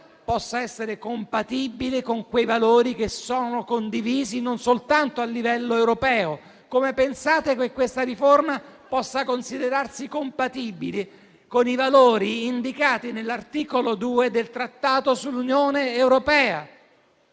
possa essere compatibile con i valori condivisi non soltanto a livello europeo. Come pensate che questa riforma possa considerarsi compatibile con i valori indicati nell'articolo 2 del Trattato sull'Unione europea?